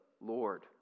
Lord